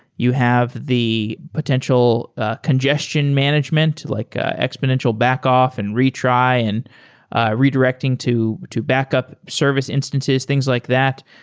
you have the potential conges tion management, like exponential back-off, and retry, and redirecting to to backup service instances, things like that.